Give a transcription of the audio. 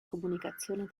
comunicazione